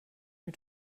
mit